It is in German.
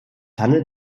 handelt